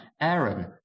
Aaron